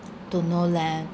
don't know leh